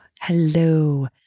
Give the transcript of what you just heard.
Hello